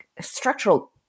structural